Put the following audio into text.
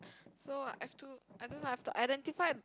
so I have to I don't have to identify